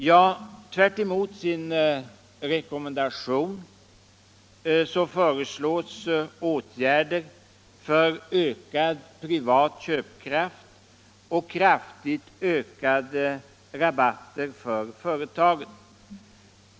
Ja, tvärtemot sin rekommendation föreslår man åtgärder för ökad privat köpkraft och kraftigt ökade rabatter för företagen.